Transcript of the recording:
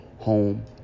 home